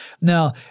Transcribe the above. Now